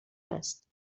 هست